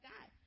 God